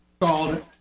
called